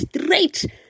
straight